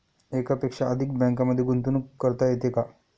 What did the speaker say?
एकापेक्षा अधिक बँकांमध्ये गुंतवणूक करता येते का?